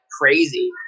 crazy